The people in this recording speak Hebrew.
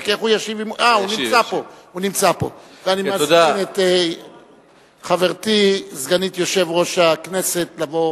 אני מזמין את חברתי סגנית יושב-ראש הכנסת לבוא